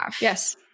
Yes